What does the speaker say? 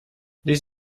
this